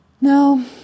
No